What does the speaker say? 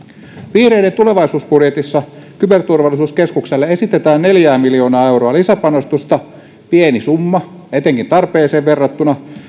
vihreiden tulevaisuusbudjetissa kyberturvallisuuskeskukselle esitetään neljää miljoonaa euroa lisäpanostusta pieni summa etenkin tarpeeseen verrattuna